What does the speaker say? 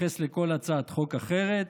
מתייחס לכל הצעת חוק אחרת